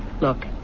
Look